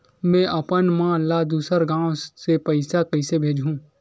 में अपन मा ला दुसर गांव से पईसा कइसे भेजहु?